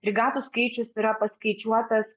brigadų skaičius yra paskaičiuotas